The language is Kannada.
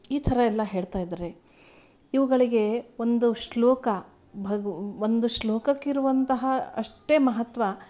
ಈ ತರ ಎಲ್ಲ ಹೇಳ್ತಾಯಿದ್ದಾರೆ ಇವುಗಳಿಗೆ ಒಂದು ಶ್ಲೋಕ ಭಗು ಒಂದು ಶ್ಲೋಕಕ್ಕಿರುವಂತಹ ಅಷ್ಟೇ ಮಹತ್ವ